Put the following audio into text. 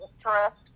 trust